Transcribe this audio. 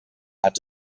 hat